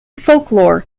folklore